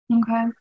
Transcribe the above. okay